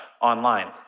online